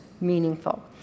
meaningful